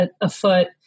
afoot